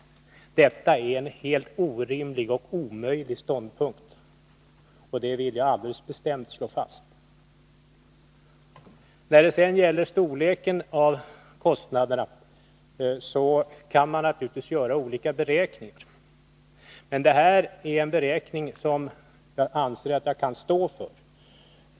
Detta är en helt orimlig och omöjlig ståndpunkt — det vill jag alldeles bestämt slå fast. När det sedan gäller storleken av kostnaderna kan man naturligtvis göra olika beräkningar. Men vad jag redovisat är en beräkning som jag anser att jag kan stå för.